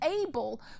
able